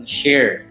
share